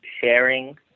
sharing